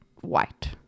white